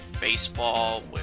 baseball